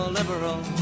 liberal